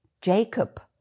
Jacob